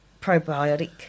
probiotic